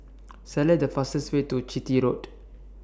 Select The fastest Way to Chitty Road